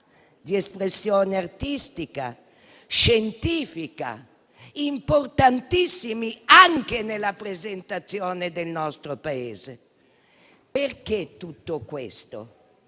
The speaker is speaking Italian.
di espressione artistica e scientifica e importantissimi anche nella presentazione del nostro Paese. Perché tutto questo?